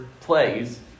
plays